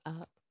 up